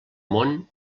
món